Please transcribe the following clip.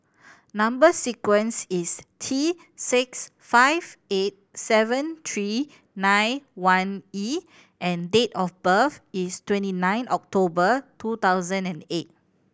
number sequence is T six five eight seven three nine one E and date of birth is twenty nine October two thousand and eight